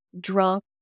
drunk